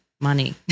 money